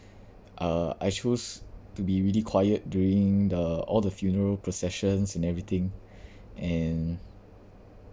uh I chose to be really quiet during the all the funeral processions and everything and